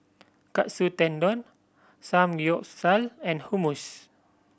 Katsu Tendon Samgyeopsal and Hummus